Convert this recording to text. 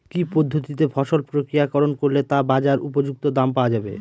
কি পদ্ধতিতে ফসল প্রক্রিয়াকরণ করলে তা বাজার উপযুক্ত দাম পাওয়া যাবে?